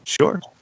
Sure